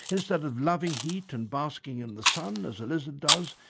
instead of loving heat and basking in the sun as a lizard does,